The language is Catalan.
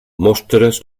mostres